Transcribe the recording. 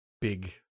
big